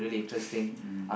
mm